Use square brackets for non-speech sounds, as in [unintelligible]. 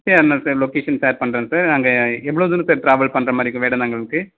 சரி [unintelligible] sir location share பண்ணுறேன் sir அங்கே எவ்வளோ தூரம் சார் டிராவல் பண்ணுற மாதிரி இருக்கும் வேடந்தாங்கலுக்கு